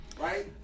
Right